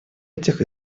этих